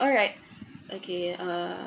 alright okay uh